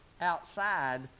outside